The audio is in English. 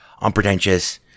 unpretentious